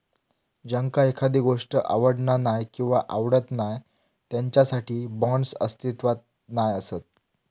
ज्यांका एखादी गोष्ट आवडना नाय किंवा आवडत नाय त्यांच्यासाठी बाँड्स अस्तित्वात नाय असत